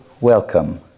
welcome